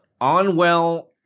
Onwell